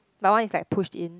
my one is like pushed in